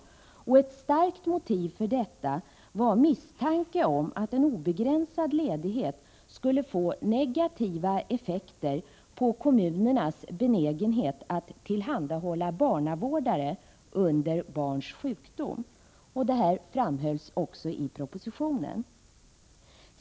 Ett starkt motiv för detta var misstanken om att en obegränsad rätt till ledighet skulle få negativa effekter på kommunernas benägenhet att tillhandahålla barnvårdare under barns sjukdom. Detta framhölls också i propositionen.